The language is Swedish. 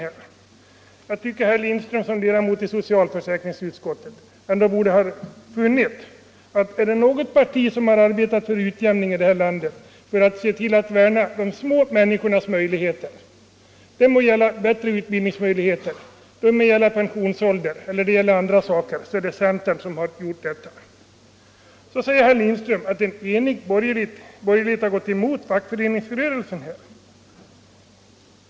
Jag tycker att herr Lindström som ledamot av socialförsäkringsutskottet ändå borde ha funnit att om det är något parti som har arbetat för utjämning i det här landet och för att värna de små människornas möjligheter — det må gälla bättre utbildning, sänkt pensionsålder eller andra saker — så är det centern. Så säger herr Lindström att en enig borgerlighet här har gått emot fackföreningsrörelsen.